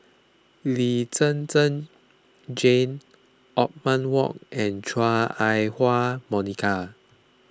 Lee Zhen Zhen Jane Othman Wok and Chua Ah Huwa Monica